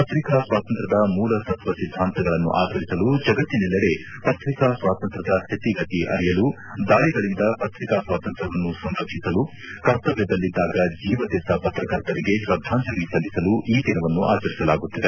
ಪತ್ರಿಕಾ ಸ್ವಾತಂತ್ರ್ಧದ ಮೂಲ ತತ್ವ ಸಿದ್ದಾಂತಗಳನ್ನು ಆಚರಿಸಲು ಜಗತ್ತಿನೆಲ್ಲೆಡೆ ಪತ್ರಿಕಾ ಸ್ವಾತಂತ್ರ್ದ ಸ್ಥಿತಿಗತಿ ಅರಿಯಲು ದಾಳಿಗಳಿಂದ ಪತ್ರಿಕಾ ಸ್ವಾತಂತ್ರ್ವನ್ನು ಸಂರಕ್ಷಿಸಲು ಕರ್ತವ್ಯದಲ್ಲಿದ್ದಾಗ ಜೀವತೆತ್ತ ಪತ್ರಕರ್ತರಿಗೆ ಶ್ರದ್ದಾಂಜಲಿ ಸಲ್ಲಿಸಲು ಈ ದಿನವನ್ನು ಆಚರಿಸಲಾಗುತ್ತಿದೆ